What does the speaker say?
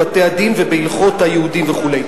אני לא רוצה להתערב בבתי-הדין ובהלכות היהודים וכו'.